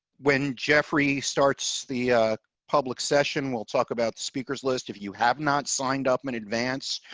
when jeffrey starts the public session, we'll talk about speakers list. if you have not signed up in advance.